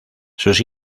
sus